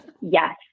yes